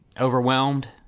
overwhelmed